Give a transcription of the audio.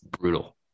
brutal